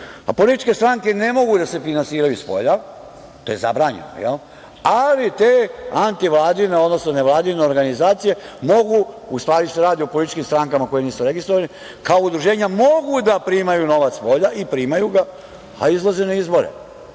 spolja. Političke stranke ne mogu da se finansiraju spolja. To je zabranjeno, jel, ali te antivladine, odnosno nevladine organizacije mogu. U stvari radi se o političkim strankama koje nisu registrovane. Kao udruženja mogu da primaju novac spolja i primaju ga, a izlaze na izbore.